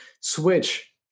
switch